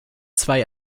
zwei